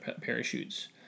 parachutes